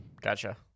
Gotcha